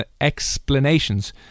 explanations